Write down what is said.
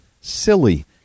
Silly